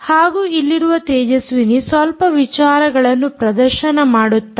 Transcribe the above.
ಹಾಗೂ ಇಲ್ಲಿರುವ ತೇಜಸ್ವಿನಿ ಸ್ವಲ್ಪ ವಿಚಾರಗಳನ್ನು ಪ್ರದರ್ಶನ ಮಾಡುತ್ತಾರೆ